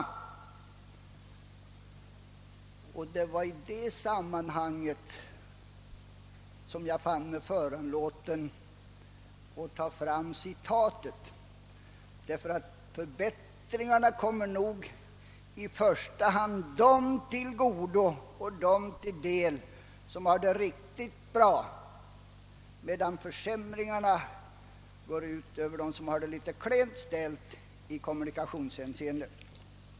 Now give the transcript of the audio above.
Det var i det sammanhanget som jag fann mig föranlåten att ta fram citatet. Förbättringarna kommer nog nämligen i första hand dem till godo som har det riktigt bra, medan försämringarna går ut över dem som har det litet klent ställt i kommunikationshänseendet.